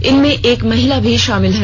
इनमें एक महिला भी शामिल है